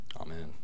Amen